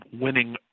winning